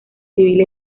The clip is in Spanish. civil